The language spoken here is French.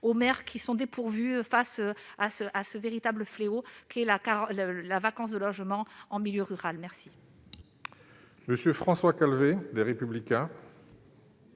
aux maires. Ces derniers sont dépourvus face à ce véritable fléau qu'est la vacance de logements en milieu rural. La